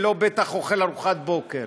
ובטח לא אוכל איתם ארוחת בוקר,